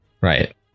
Right